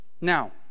Now